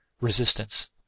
resistance